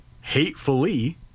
hatefully